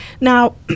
Now